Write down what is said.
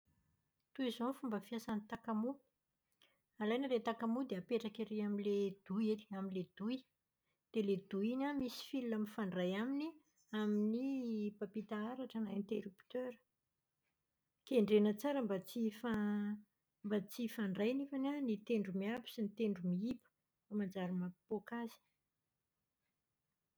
Toy izao ny fomba fiasan'ny takamoa. Alaina ilay takamoa dia apetraka ery amin'ilay douille amin'ilay douille. Dia ilay douille iny an, misy fil mifandray aminy amin'ny mpampita aratra ny interrupteur. Kendrena tsara mba tsy hifa- mba tsy hifandray nefany an ny tendro miabo sy ny tendro miiba fa manjary mampipoaka azy.